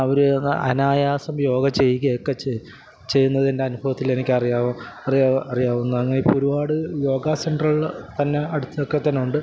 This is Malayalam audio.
അവർ അനായാസം യോഗ ചെയ്യുകയും ഒക്കെ ചെയ്തു ചെയ്യുന്നത് എന്റെ അനുഭവത്തിൽ എനിക്ക് അറിയാവോ അറിയാവോ അറിയാവോ എന്ന് അങ്ങനെ ഇപ്പം ഒരുപാട് യോഗാ സെന്ററ്കൾ തന്നെ അടുത്തൊക്കെ തന്നെയുണ്ട്